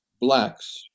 blacks